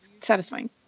satisfying